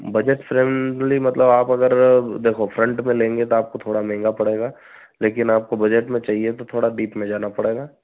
budget friendly मतलब आप अगर देखो फ्रन्ट में लेंगे तो आपको थोड़ा महँगा पड़ेगा लेकिन आपको बजट में चाहिए तो थोड़ा बीच में जाना पड़ेगा